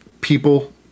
people